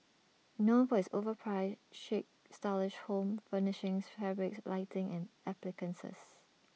known for its overpriced chic stylish home furnishings fabrics lighting and appliances